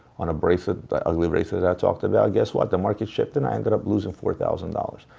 on a bracelet the and bracelet i talked about. guess what? the market shifted and i ended up losing four thousand dollars.